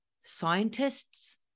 scientists